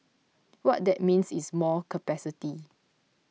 what that means is more capacity